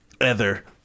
Ether